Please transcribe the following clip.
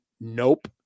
Nope